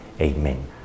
Amen